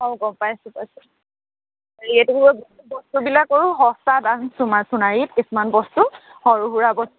অঁ গম পাইছোঁ পাইছোঁ এইটো বস্তুবিলাকো সস্তা সোনা সোনাৰীত কিছুমান বস্তু সৰু সুৰা বস্তু